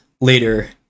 later